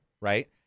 right